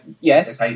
Yes